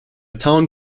town